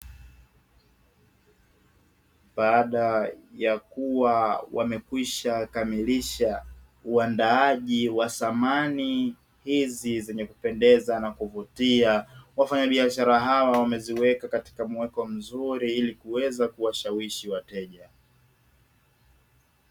Baada ya kuwa wamekwisha kamilisha uandaaji wa samani hizi zenye kupendeza na kuvutia, wafanyabiashara hawa wameziweka katika muweko mzuri ili kuweza kuwashawishi wateja.